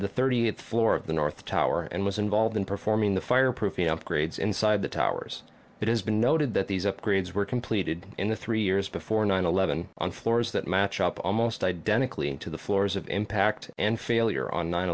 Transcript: the thirty eighth floor of the north tower and was involved in performing the fireproofing upgrades inside the towers it has been noted that these upgrades were completed in the three years before nine eleven on floors that match up almost identically to the floors of impact and failure on nine